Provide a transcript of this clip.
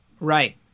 Right